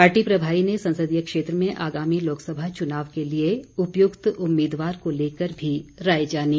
party प्रभारी ने संसदीय क्षेत्र में आगामी लोकसभा चुनाव के लिए उपयुक्त उम्मीदवार को लेकर भी राय जानी